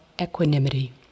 equanimity